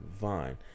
Vine